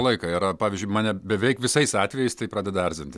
laiką yra pavyzdžiui mane beveik visais atvejais tai pradeda erzinti